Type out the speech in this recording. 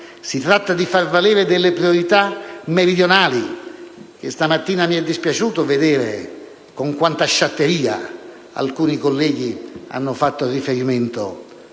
il Nord, ma di far valere delle priorità meridionali. Stamattina mi è dispiaciuto vedere con quanta sciatteria alcuni colleghi hanno fatto riferimento